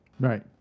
Right